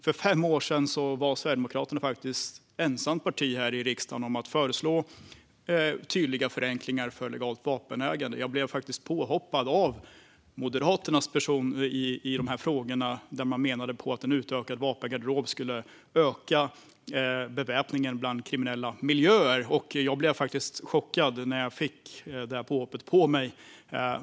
För fem år sedan var Sverigedemokraterna ensamt parti här i riksdagen om att föreslå tydliga förenklingar av legalt vapenägande. Jag blev påhoppad av Moderaternas talesperson i frågorna, som menade att en utökad vapengarderob skulle öka beväpningen i kriminella miljöer. Jag blev faktiskt chockad av det där påhoppet.